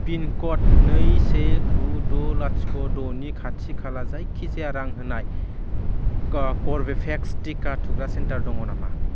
pin code नै से गु द' लाथिख' द'नि खाथि खाला जायखिजाया रां होनाय कर्वेभेक्स टिका थुग्रा सेन्टार दङ नामा